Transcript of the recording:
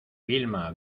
vilma